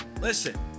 Listen